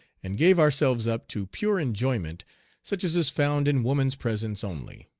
and gave ourselves up to pure enjoyment such as is found in woman's presence only.